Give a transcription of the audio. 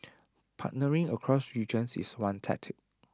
partnering across regions is one tactic